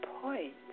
point